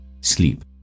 Sleep